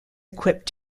equipped